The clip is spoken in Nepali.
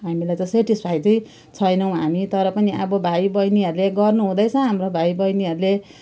हामीलाई त्यो सेटिसफाइ चाहिँ छैनौँ हामी तर पनि अब भाइबैनीहरूले गर्नुहुँदैछ हाम्रो भाइबैनीहरूले